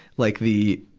like the,